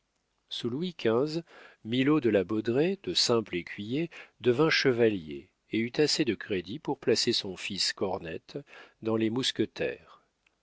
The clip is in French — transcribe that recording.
sous louis xv milaud de la baudraye de simple écuyer devint chevalier et eut assez de crédit pour placer son fils cornette dans les mousquetaires